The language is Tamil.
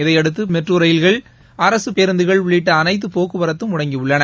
இதையடுத்து பேருந்துகள் மெட்ரோ ரயில்கள் அரசுப் பேருந்துகள் உள்ளிட்ட அனைத்து போக்குவரத்தும் முடங்கியுள்ளன